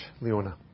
Leona